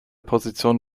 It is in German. position